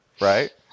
Right